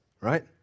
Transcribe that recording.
Right